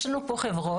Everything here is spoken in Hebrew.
יש לנו פה חברות,